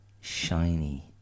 shiny